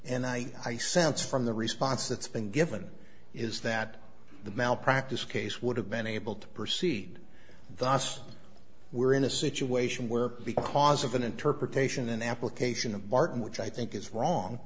and i i sense from the response that's been given is that the malpractise case would have been able to proceed thus we're in a situation where because of an interpretation and application of barton which i think is wrong